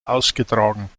ausgetragen